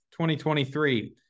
2023